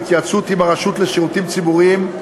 בהתייעצות עם הרשות לשירותים ציבוריים,